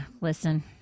listen